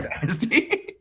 Dynasty